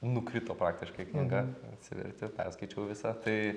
nukrito praktiškai knyga atsivertė perskaičiau visą tai